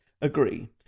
agree